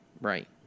Right